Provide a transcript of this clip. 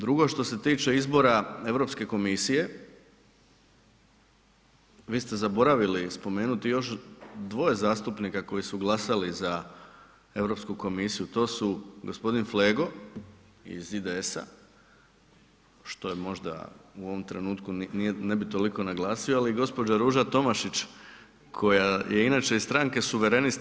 Drugo što se tiče izbora Europske komisije, vi ste zaboravili spomenuti još dvoje zastupnika koji su glasali za Europsku komisiju, to su gospodin Flego iz IDS-a, što je možda u ovom trenutku ne bi toliko naglasio, ali i gospođa Ruža Tomašić koja je inače iz stranke suverenisti.